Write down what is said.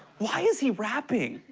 why is he rapping?